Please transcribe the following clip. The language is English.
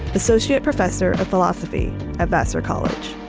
associate professor of philosophy at vassar college.